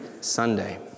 Sunday